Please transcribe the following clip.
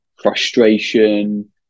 frustration